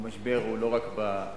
המשבר הוא לא רק בדיור.